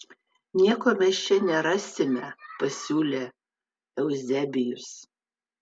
nieko mes čia nerasime pasiūlė euzebijus